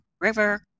River